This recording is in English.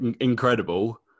incredible